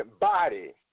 body